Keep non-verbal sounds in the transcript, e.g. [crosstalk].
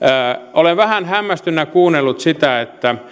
olen vähän hämmästyneenä kuunnellut sitä että [unintelligible]